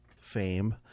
fame